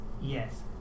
yes